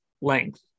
length